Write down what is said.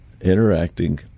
interacting